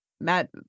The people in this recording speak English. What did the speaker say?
Matt